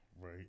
Right